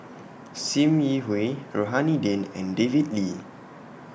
SIM Yi Hui Rohani Din and David Lee